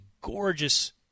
gorgeous